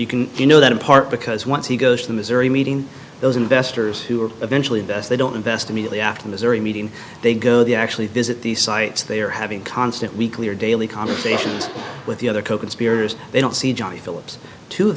you can you know that in part because once he goes to missouri meeting those investors who are eventually they don't invest immediately after the missouri meeting they go they actually visit these sites they are having constant weekly or daily conversations with the other coconspirators they don't see johnny phillips to